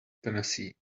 tennessee